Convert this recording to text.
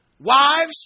Wives